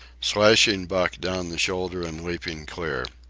slashing buck down the shoulder and leaping clear.